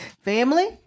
Family